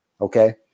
Okay